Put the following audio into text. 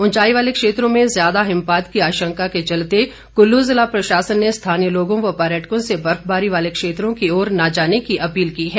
ऊँचाई वालों क्षेत्रों में ज्यादा हिमपात की आशंका के चलते कुल्लू जिला प्रशासन ने स्थानीय लोगो व पर्यटकों से बर्फबारी वाले क्षेत्रों की ओर न जाने की अपील की है